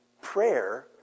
prayer